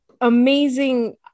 amazing